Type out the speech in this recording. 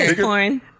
porn